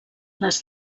les